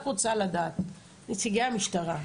נציגי המשטרה,